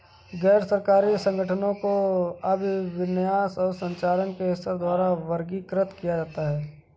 गैर सरकारी संगठनों को अभिविन्यास और संचालन के स्तर द्वारा वर्गीकृत किया जाता है